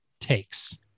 takes